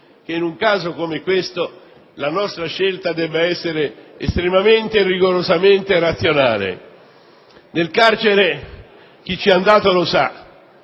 che in un caso come questo, la nostra scelta debba essere estremamente e rigorosamente razionale. Nel carcere - chi ci è andato lo sa